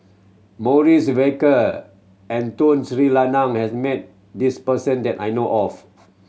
Maurice Baker and Tun Sri Lanang has met this person that I know of